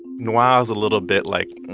noir is a little bit, like,